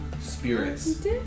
spirits